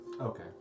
Okay